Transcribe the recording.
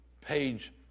page